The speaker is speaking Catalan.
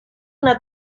una